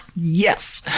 yes!